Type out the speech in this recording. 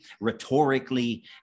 rhetorically